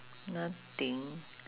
nothing